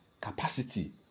Capacity